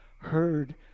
heard